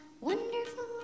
wonderful